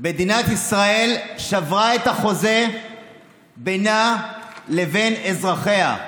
מדינת ישראל שברה את החוזה בינה לבין אזרחיה.